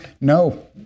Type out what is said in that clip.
No